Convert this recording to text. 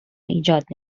ایجاد